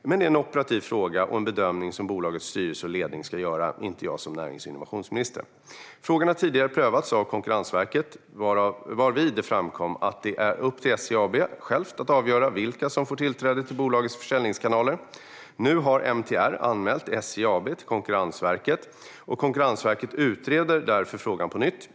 Det är dock en operativ fråga och en bedömning som bolagets styrelse och ledning ska göra - inte jag som närings och innovationsminister. Frågan har tidigare prövats av Konkurrensverket varvid det framkom att det är upp till SJ AB självt att avgöra vilka som får tillträde till bolagets försäljningskanaler. Nu har MTR anmält SJ AB till Konkurrensverket, och Konkurrensverket utreder därför frågan på nytt.